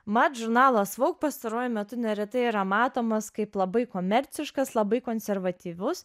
mat žurnalas vogue pastaruoju metu neretai yra matomas kaip labai komerciškas labai konservatyvus